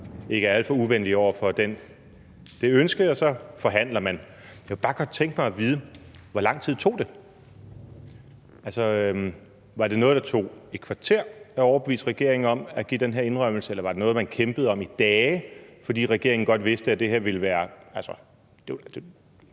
ikke er alt for uvenlige over for det ønske, og så forhandler man. Jeg kunne bare godt tænke mig at vide, hvor lang tid det tog. Var det noget, der tog et kvarter at overbevise regeringen om, nemlig at give den her indrømmelse, eller var det noget, man kæmpede om i dage, fordi regeringen godt vidste, at det her ville være alvorligt.